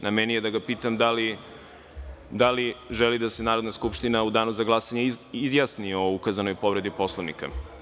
Na meni je da ga pitam da li želi da se Narodna skupština u danu za glasanje izjasni o ukazanoj povredi Poslovnika.